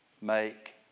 make